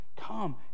come